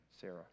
Sarah